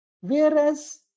whereas